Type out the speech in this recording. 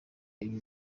ibi